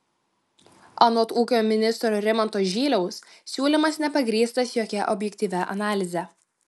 anot ūkio ministro rimanto žyliaus siūlymas nepagrįstas jokia objektyvia analize